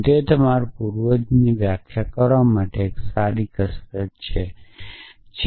અને તે તમારા પૂર્વજની વ્યાખ્યા કરવા માટે એક સારી કસરત છે જ્યારે yના પૂર્વજમાં x હોય